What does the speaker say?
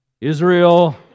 Israel